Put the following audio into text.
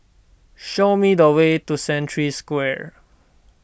show me the way to Century Square